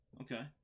Okay